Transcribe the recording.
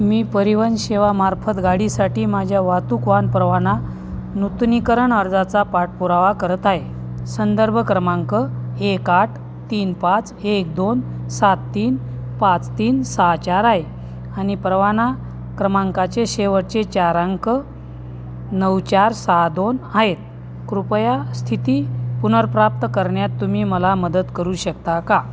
मी परिवहन सेवामार्फत गाडीसाठी माझ्या वाहतुक वाहन परवाना नूतनीकरण अर्जाचा पाठपुरावा करत आहे संदर्भ क्रमांक एक आठ तीन पाच एक दोन सात तीन पाच तीन सहा चार आहे आणि परवाना क्रमांकाचे शेवटचे चार अंक नऊ चार सहा दोन आहेत कृपया स्थिती पुनर्प्राप्त करण्यात तुम्ही मला मदत करू शकता का